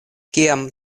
kiam